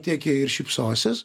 tiek jie ir šypsosis